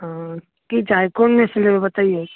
हँ की चाही कोनमे से लेबै बतैयौ